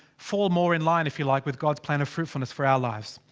fall more in line, if you like, with god's plan of fruitfulness for our lives.